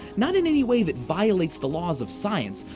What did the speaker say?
not in any way that violates the laws of science,